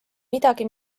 midagi